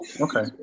Okay